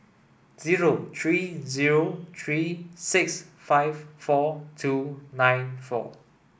zero three zero three six five four two nine four